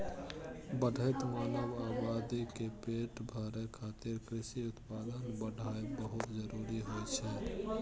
बढ़ैत मानव आबादी के पेट भरै खातिर कृषि उत्पादन बढ़ाएब बहुत जरूरी होइ छै